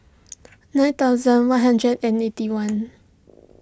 nine thousand one hundred and eighty one